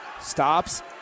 stops